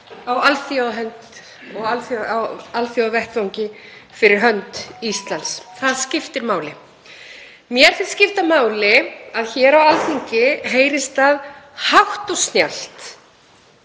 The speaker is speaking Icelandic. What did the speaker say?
á alþjóðavettvangi fyrir hönd Íslands. Það skiptir máli. Mér finnst skipta máli að hér á Alþingi heyrist það hátt og snjallt